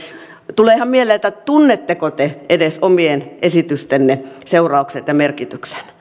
tulee ihan mieleen että tunnetteko te edes omien esitystenne seuraukset ja merkityksen